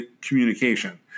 communication